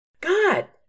God